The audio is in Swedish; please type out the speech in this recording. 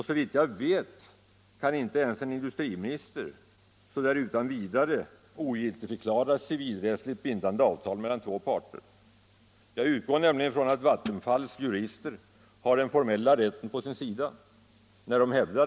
Såvitt jag vet kan inte ens en industriminister så där utan vidare ogiltigförklara civilrättsligt bindande avtal mellan två parter. Jag utgår ifrån att Vattenfalls jurister har den formella rätten på sin sida.